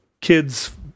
kids